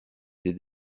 des